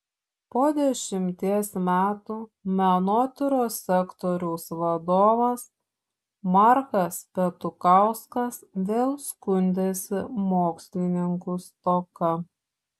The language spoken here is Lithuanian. po dešimties metų menotyros sektoriaus vadovas markas petuchauskas vėl skundėsi mokslininkų stoka